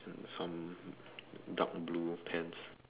some dark blue pants